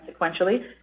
sequentially